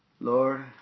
Lord